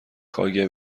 kgb